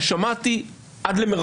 אני אומר